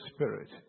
Spirit